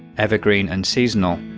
evergreen and seasonal.